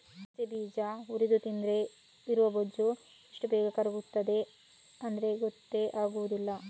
ಅಗಸೆ ಬೀಜ ಹುರಿದು ತಿಂದ್ರೆ ಇರುವ ಬೊಜ್ಜು ಎಷ್ಟು ಬೇಗ ಕರಗ್ತದೆ ಅಂದ್ರೆ ಗೊತ್ತೇ ಆಗುದಿಲ್ಲ